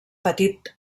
petit